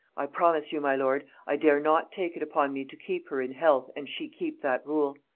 i promise you, my lord, i dare not take it upon me to keep her in health and she keep that rule.